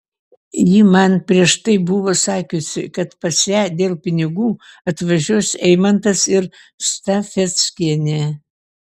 ji man prieš tai buvo sakiusi kad pas ją dėl pinigų atvažiuos eimantas ir stafeckienė